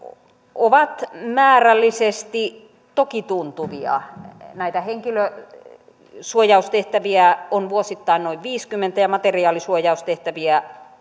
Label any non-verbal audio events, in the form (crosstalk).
ovat määrällisesti toki tuntuvia näitä henkilösuojaustehtäviä on vuosittain noin viisikymmentä ja materiaalisuojaustehtäviä (unintelligible)